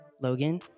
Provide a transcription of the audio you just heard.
Logan